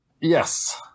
Yes